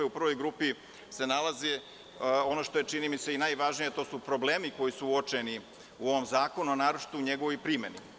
U prvoj grupi se nalazi ono što je čini mi se i najvažnije, a to su problemi koji su uočeni u ovom zakonu, a naročito u njegovoj primeni.